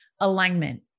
alignment